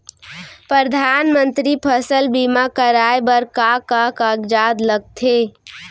परधानमंतरी फसल बीमा कराये बर का का कागजात लगथे?